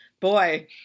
boy